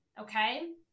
okay